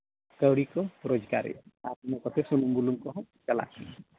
ᱥᱟᱹᱨᱤ ᱠᱚ ᱨᱳᱡᱽᱜᱟᱨᱮᱜᱼᱟ ᱟᱨ ᱚᱱᱟᱪᱮᱠᱟ ᱥᱩᱱᱩᱢ ᱵᱩᱞᱩᱝ ᱠᱚᱦᱚᱸ ᱪᱟᱞᱟᱜ ᱠᱟᱱᱟ